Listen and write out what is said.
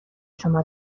شما